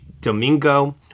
Domingo